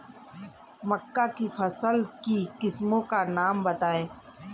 मक्का की फसल की किस्मों का नाम बताइये